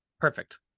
Perfect